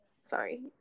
sorry